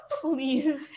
please